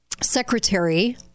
Secretary